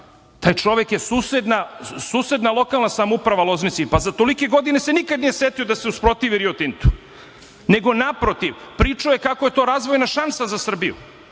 Taj čovek je susedna lokalna samouprava Loznici, pa za tolike godine se nikad nije setio da se usprotivi „Rio Tintu“, nego naprotiv, pričao je kako je to razvojna šansa za Srbiju,